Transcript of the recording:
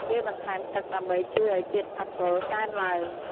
គេបន្ថែមទឹកដើម្បីជួយឱ្យជាតិអាល់កុលកើនឡើង។